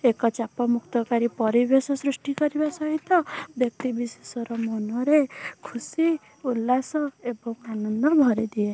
ଏକ ଚାପ ମୁକ୍ତକାରୀ ପରିବେଶ ସୃଷ୍ଟି କରିବା ସହିତ ବ୍ୟକ୍ତି ବିଶେଷଙ୍କର ମନରେ ଖୁସି ଉଲ୍ଲାସ ଏକ ଆନନ୍ଦ ଭରିଦିଏ